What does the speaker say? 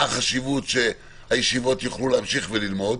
החשיבות שהישיבות יוכלו להמשיך וללמוד,